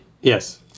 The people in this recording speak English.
Yes